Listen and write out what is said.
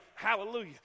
Hallelujah